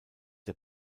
der